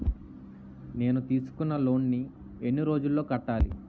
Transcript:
నేను తీసుకున్న లోన్ నీ ఎన్ని రోజుల్లో కట్టాలి?